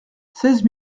seize